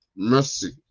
mercy